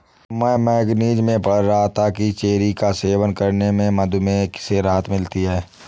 मैं मैगजीन में पढ़ रहा था कि चेरी का सेवन करने से मधुमेह से राहत मिलती है